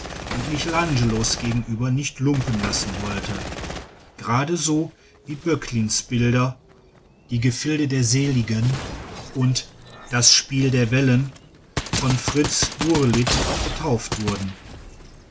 und michelangelos gegenüber nicht lumpen lassen wollte geradeso wie böcklins bilder die gefilde der seligen und das spiel der wellen von fritz gurlitt getauft wurden